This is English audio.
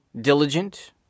diligent